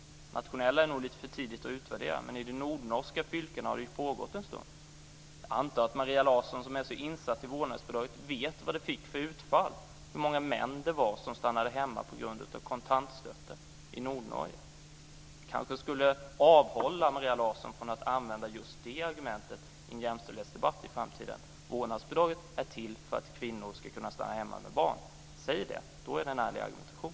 Det nationella bidraget är nog för tidigt att utvärdera, men i de nordnorska fylkena har kontantstøtte tillämpats en tid. Jag antar att Maria Larsson, som är så insatt när det gäller vårdnadsbidrag, vet vilket utfall detta fick, dvs. hur många män som stannade hemma på grund av kontantstøtte i Nordnorge. Den vetskapen avhåller kanske Maria Larsson från att använda just det argumentet i en jämställdhetsdebatt i framtiden. Vårdnadsbidraget är till för att kvinnor ska kunna stanna hemma med barn. Säg det! Då är det en ärlig argumentation.